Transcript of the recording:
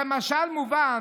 כמשל מובן: